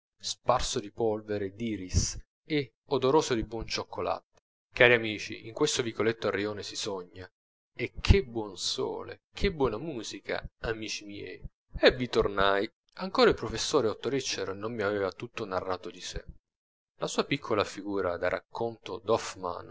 sparso di polvere d'iris e odoroso di buon cioccolatte cari amici in questo vicoletto al rione si sogna e che buon sole che buona musica amici miei e vi tornai ancora il professore otto richter non mi aveva tutto narrato di sè la sua piccola figura da racconto